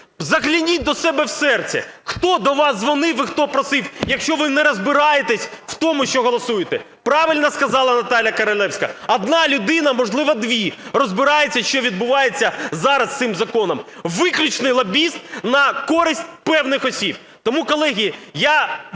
Загляньте до себе в серце, хто до вас дзвонив і хто просив? Якщо ви не розбираєтесь в тому, що голосуєте. Правильно сказала Наталія Королевська, одна людина, можливо дві, розбираються, що відбувається зараз з цим законом. Виключний лобізм на користь певних осіб. Тому, колеги, я